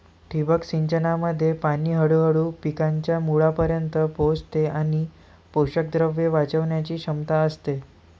ठिबक सिंचनामध्ये पाणी हळूहळू पिकांच्या मुळांपर्यंत पोहोचते आणि पोषकद्रव्ये वाचवण्याची क्षमता असते